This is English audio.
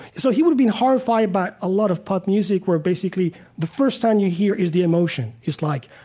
so he would be horrified by a lot of pop music where basically the first time you hear is the emotion. it's like,